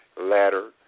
ladder